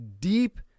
deep